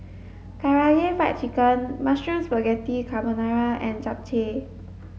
Karaage Fried Chicken Mushroom Spaghetti Carbonara and Japchae